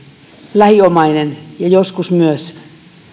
lähiomainen ja joskus myös